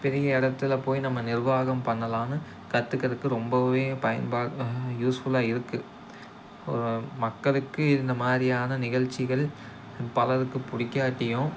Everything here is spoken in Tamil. பெரிய இடத்துல போய் நம்ம நிர்வாகம் பண்ணலாம்னு கத்துக்கறதுக்கு ரொம்ப பயன்பாடு யூஸ்ஃபுல்லாக இருக்குது மக்களுக்கு இந்தமாதிரியனா நிகழ்ச்சிகள் பலருக்கு பிடிக்காட்டியும்